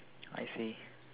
I see